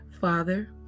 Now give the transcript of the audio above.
Father